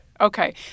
Okay